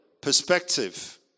perspective